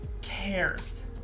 cares